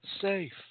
safe